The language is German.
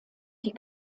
die